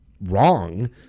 wrong